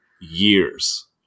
years